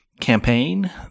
campaign